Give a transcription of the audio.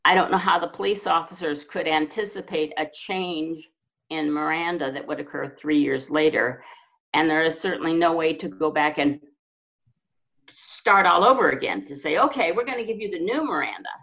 i don't know how the police officers could anticipate a change in miranda that would occur three years later and there is certainly no way to go back and start all over again to say ok we're going to give you the new miranda